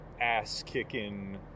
ass-kicking